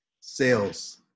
Sales